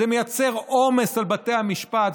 זה מייצר עומס על בתי המשפט,